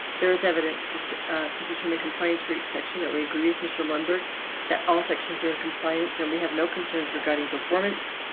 there is evidence to to to determine compliance for each section that we agree with mr. lundberg that all sections are in compliance and we have no concerns regarding performance.